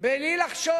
בלי לחשוש.